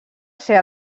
ser